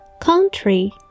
country